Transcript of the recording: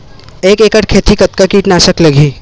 एक एकड़ खेती कतका किट नाशक लगही?